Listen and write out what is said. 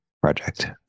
project